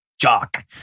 jock